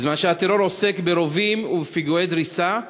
בזמן שהטרור עוסק ברובים ובפיגועי דריסה,